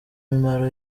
mimaro